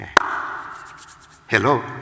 Hello